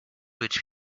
which